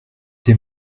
des